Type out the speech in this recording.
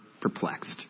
perplexed